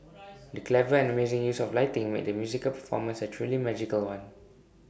the clever and amazing use of lighting made the musical performance A truly magical one